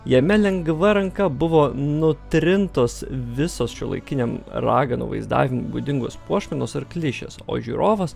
jame lengva ranka buvo nutrintos visos šiuolaikiniam raganų vaizdavimui būdingos puošmenos ar klišės o žiūrovas